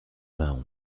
vingt